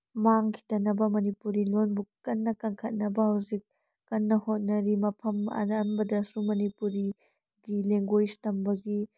ꯃꯥꯡꯈꯤꯗꯅꯕ ꯃꯅꯤꯄꯨꯔꯤ ꯂꯣꯟꯕꯨ ꯀꯟꯅ ꯀꯪꯈꯠꯅꯕ ꯍꯧꯖꯤꯛ ꯀꯟꯅ ꯍꯣꯠꯅꯔꯤ ꯃꯐꯝ ꯑꯌꯥꯝꯕꯗꯁꯨ ꯃꯅꯤꯄꯨꯔꯤ ꯂꯦꯡꯒꯣꯏꯁ ꯇꯝꯕꯒꯤ